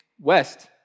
west